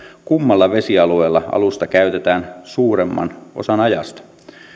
kummalla vesialueella alusta käytetään suuremman osan ajasta